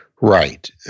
Right